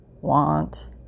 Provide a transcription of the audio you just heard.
Want